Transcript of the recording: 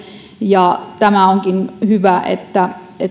ja onkin hyvä että